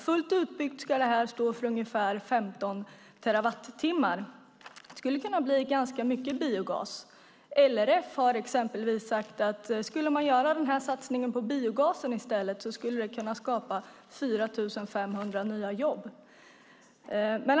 Fullt utbyggt ska det stå för ungefär 15 terawattimmar. Det skulle kunna bli ganska mycket biogas. LRF har exempelvis sagt att om man i stället skulle göra den här satsningen på biogasen skulle det kunna skapa 4 500 nya jobb.